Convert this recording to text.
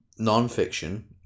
nonfiction